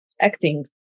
acting